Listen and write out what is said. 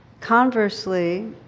Conversely